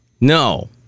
No